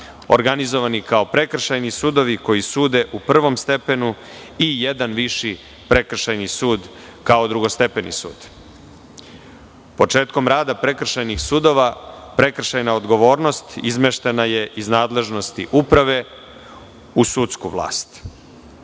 organizovani kao prekršajni sudovi koji sude u prvom stepenu i jedan viši prekršajni sud kao drugostepeni sud. Početkom rada prekršajnih sudova, prekršajna odgovornost izmeštena je iz nadležnosti uprave u sudsku vlast.